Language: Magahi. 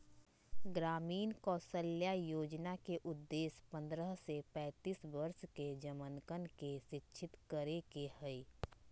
ग्रामीण कौशल्या योजना के उद्देश्य पन्द्रह से पैंतीस वर्ष के जमनकन के शिक्षित करे के हई